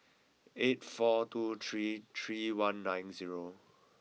eight four two three three one nine zero